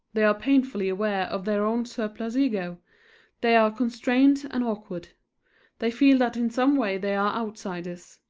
they are painfully aware of their own surplus ego they are constrained and awkward they feel that in some way they are outsiders,